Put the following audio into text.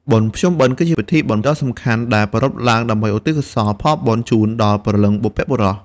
បុណ្យភ្ជុំបិណ្ឌ គឺជាពិធីបុណ្យដ៏សំខាន់ដែលប្រារព្ធឡើងដើម្បីឧទ្ទិសកុសលផលបុណ្យជូនដល់ព្រលឹងបុព្វបុរស។